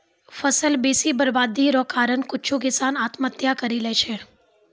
फसल बेसी बरवादी रो कारण कुछु किसान आत्महत्या करि लैय छै